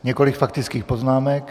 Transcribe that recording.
Několik faktických poznámek.